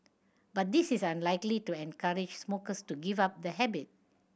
but this is unlikely to encourage smokers to give up the habit